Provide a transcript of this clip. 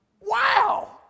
Wow